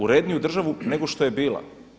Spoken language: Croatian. Uredniju državu nego što je bila.